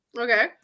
Okay